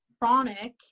Chronic